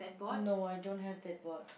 no I don't have that board